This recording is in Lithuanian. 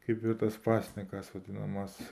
kaip ir tas pasninkas vadinamas